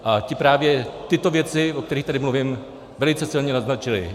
A ti právě tyto věci, o kterých tady mluvím, velice silně naznačili.